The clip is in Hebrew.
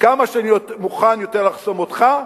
כמה שאני מוכן יותר לחסום אותך,